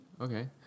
Okay